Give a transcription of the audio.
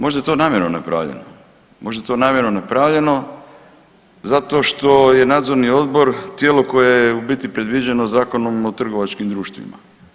Možda je to namjerno napravljeno, možda je to namjerno napravljeno zato što je nadzorni odbor tijelo koje je u biti predviđeno Zakonom o trgovačkim društvima.